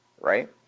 right